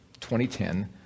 2010